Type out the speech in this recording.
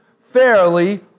fairly